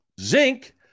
zinc